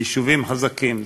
ביישובים חזקים.